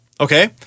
Okay